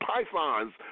Pythons